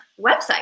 website